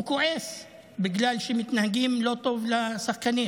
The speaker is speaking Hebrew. הוא כועס בגלל שמתנהגים לא טוב לשחקנים.